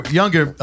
younger